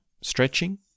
stretching